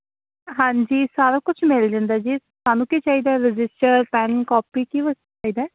ਹਾਂਜੀ ਸਾਰਾ ਕੁਛ ਮਿਲ ਜਾਂਦਾ ਜੀ ਤੁਹਾਨੂੰ ਕੀ ਚਾਹੀਦਾ ਰਜਿਸਟਰ ਪੈਨ ਕਾਪੀ ਕੀ ਕੁਝ ਚਾਹੀਦਾ